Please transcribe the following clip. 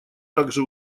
также